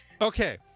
Okay